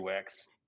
UX